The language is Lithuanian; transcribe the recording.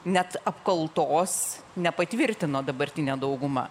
net apkaltos nepatvirtino dabartinė dauguma